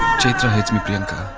chaitra hates me, priyanka.